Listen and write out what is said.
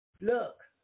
look